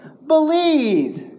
Believe